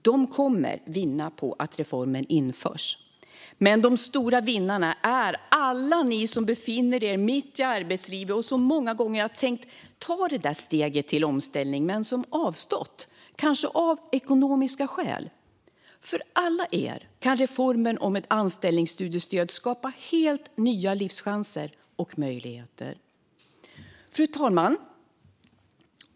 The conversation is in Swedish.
De kommer att vinna på att reformen införs. Men de stora vinnarna är alla ni som befinner er mitt i arbetslivet och som många gånger har tänkt ta det där steget till omställning men avstått, kanske av ekonomiska skäl. För alla er kan reformen om ett omställningsstudiestöd skapa helt nya livschanser och möjligheter. Fru talman!